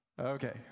okay